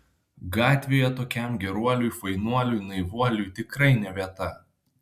gatvėje tokiam geruoliui fainuoliui naivuoliui tikrai ne vieta